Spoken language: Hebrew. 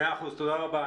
מאה אחוז, תודה רבה.